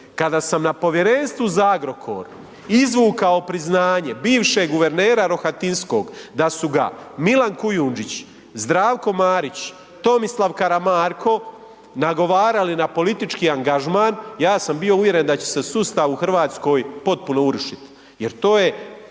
Kada sam na Povjerenstvu za Agrokor izvukao priznanje bivšeg guvernera Rohatinskog da su ga Milan Kujundžić, Zdravko Marić, Tomislav Karamarko nagovarali na politički angažman, ja sam bio uvjeren da će se sustav u Hrvatskoj potpuno urušiti jer to je